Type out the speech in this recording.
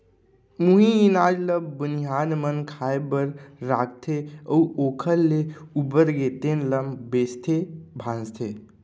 उहीं अनाज ल बनिहार मन खाए बर राखथे अउ ओखर ले उबरगे तेन ल बेचथे भांजथे